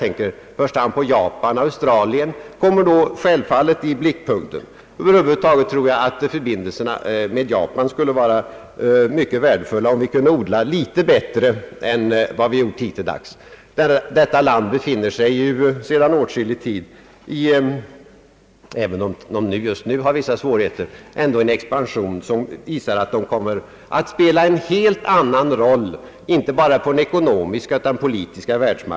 I första hand Japan och Australien kommer då självfallet i blickpunkten; över huvud taget tror jag att det skulle vara mycket värdefullt om vi kunde odla förbindelserna med Japan litet bättre än vi gjort hittilldags — detta land befinner sig ju sedan åtskillig tid tillbaka, även om vissa svårigheter just nu föreligger, i en expansion som måste leda till att landet kommer att spela en helt annan roll än tidigare, inte bara på den ekonomiska världsmarknaden utan också politiskt.